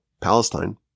Palestine